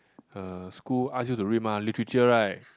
uh school ask you to read mah literature right